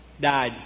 died